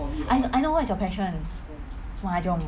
I I know what's your passion mahjong